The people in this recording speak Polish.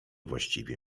właściwie